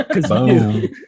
boom